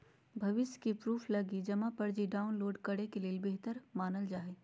भविष्य के प्रूफ लगी जमा पर्ची डाउनलोड करे ल बेहतर मानल जा हय